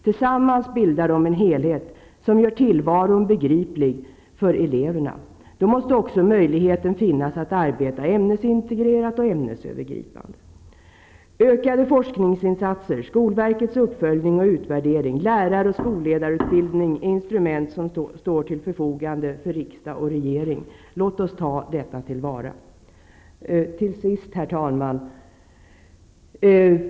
Tillsammans bildar de en helhet som gör tillvaron begriplig för eleverna. Då måste också möjligheten finnas att arbeta ämnesintegrerat och ämnesövergripande. Ökade forskningsinsatser, skolverkets uppföljning och utvärdering, lärar och skolledarutbildning är instrument som står till förfogande för riksdag och regering. Låt oss tillvarata dessa. Till sist, herr talman!